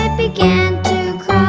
ah began to